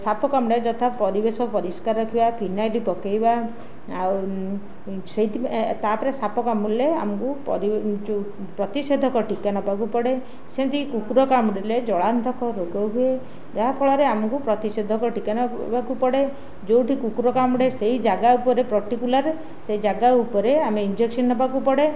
ସାପ କାମୁଡ଼ା ଯଥା ପରିବେଶ ପରିଷ୍କାର ରଖିବା ଫିନାଇଲ୍ ପକାଇବା ଆଉ ସେଥିପାଇଁ ତା ପରେ ସାପ କାମୁଡ଼ିଲେ ଆମକୁ ଯେଉଁ ପ୍ରତିଷେଧକ ଟୀକା ନେବାକୁ ପଡ଼େ ସେନ୍ତି କୁକୁର କାମୁଡ଼ିଲେ ଜଳାତଙ୍କ ରୋଗ ହୁଏ ଯାହାଫଳରେ ଆମକୁ ପ୍ରତିଷେଧକ ଟୀକା ନେବାକୁ ପଡ଼େ ଯେଉଁଠି କୁକୁର କାମୁଡ଼େ ସେହି ଜାଗା ଉପରେ ପର୍ଟିକୁଲାର ସେ ଜାଗା ଉପରେ ଆମେ ଇଞ୍ଜେକ୍ସନ ନେବାକୁ ପଡ଼େ